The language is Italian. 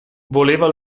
voleva